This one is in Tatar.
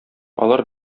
алар